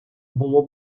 було